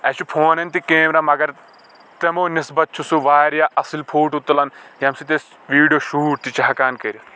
اَسہِ چھُ فونن تہِ کیمرا مگر تِمو نِسبط چھُ سُہ واریاہ اصل فوٹو تُلان ییٚمہِ سۭتۍ أسۍ ویڈیو شوٗٹ تہِ چھ ہٮ۪کان کٔرِتھ